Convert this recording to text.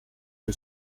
que